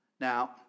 now